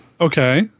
Okay